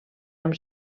amb